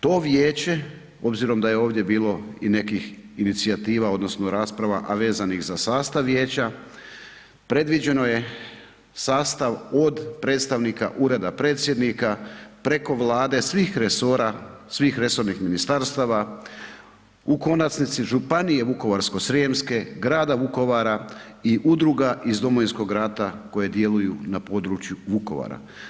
To vijeće, obzirom da je ovdje bilo i nekih inicijativa odnosno rasprava, a vezanih za sastav vijeća predviđeno je sastav od predstavnika Ureda predsjednika preko Vlade, svih resora, svih resornih ministarstava u konačnici Županije Vukovarsko-srijemske, grada Vukovara i udruga iz Domovinskog rata koje djeluju na području Vukovara.